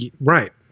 Right